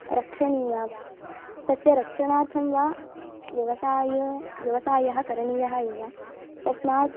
रक्षणीया तस्य रक्षणार्थं वा व्यवसायः व्यवसायः करणीयः एव तस्मात्